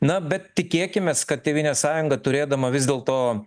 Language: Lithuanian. na bet tikėkimės kad tėvynės sąjunga turėdama vis dėlto